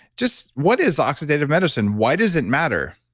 just, what is oxidative medicine? why does it matter?